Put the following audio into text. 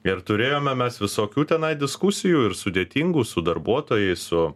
ir turėjome mes visokių tenai diskusijų ir sudėtingų su darbuotojais su